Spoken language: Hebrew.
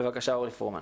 בבקשה, אורלי פרומן.